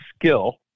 skill